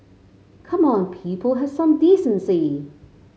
come on people have some decency